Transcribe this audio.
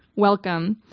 welcome.